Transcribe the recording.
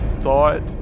thought